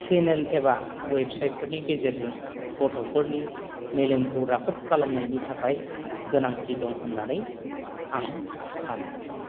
सेनेल एबा वेबसाइट फोरनि गेजेरजों गथ'फोरनि मेलेमखौ राफोद खालामनायनि थाखाय गोनांथि दं होननानै आं सानो